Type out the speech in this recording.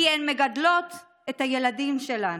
כי הן מגדלות את הילדים שלנו.